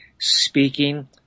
speaking